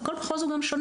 כל מחוז הוא גם שונה.